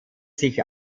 sich